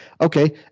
okay